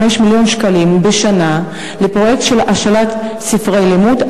מיליון שקלים בשנה לפרויקט של השאלת ספרי לימוד,